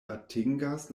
atingas